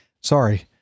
Sorry